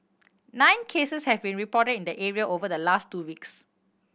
nine cases have been reported in the area over the last two weeks